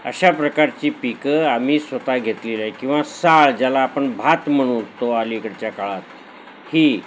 अशा प्रकारची पिकं आम्ही स्वत घेतलेली आहे किंवा साळ ज्याला आपण भात म्हणू तो अलीकडच्या काळात ही